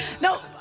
No